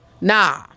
Nah